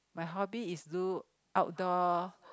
my hobby is do outdoor